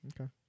Okay